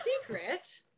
secret